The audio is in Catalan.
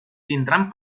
tindran